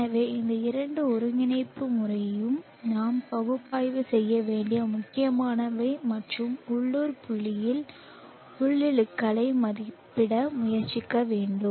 எனவே இந்த இரண்டு ஒருங்கிணைப்பு முறையும் நாம் பகுப்பாய்வு செய்ய வேண்டிய முக்கியமானவை மற்றும் உள்ளூர் புள்ளியில் உள்ளிழுக்கலை மதிப்பிட முயற்சிக்க வேண்டும்